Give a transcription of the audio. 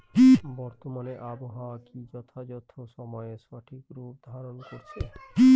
বর্তমানে আবহাওয়া কি যথাযথ সময়ে সঠিক রূপ ধারণ করছে?